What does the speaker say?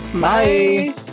bye